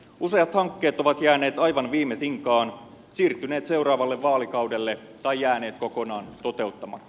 useat hankkeet ovat jääneet aivan viime tinkaan siirtyneet seuraavalle vaalikaudelle tai jääneet kokonaan toteuttamatta